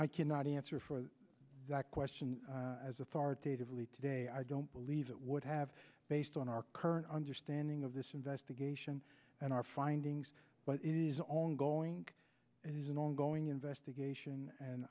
i cannot answer for that question as authoritatively today i don't believe it would have based on our current understanding of this investigation and our findings but it is only going as an ongoing investigation and